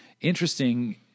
interesting